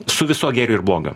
su viso gėrio ir blogio